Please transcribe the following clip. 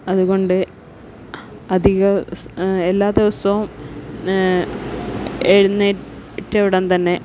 അതുകൊണ്ട് അധികം എല്ലാ ദിവസവും എഴുന്നേറ്റ ഉടൻ തന്നെ